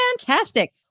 Fantastic